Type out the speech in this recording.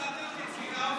צריך לעדכן את צביקה האוזר,